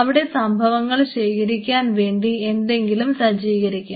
അവിടെ സംഭവങ്ങൾ ശേഖരിക്കാൻ വേണ്ടി എന്തെങ്കിലും സജ്ജീകരിക്കാം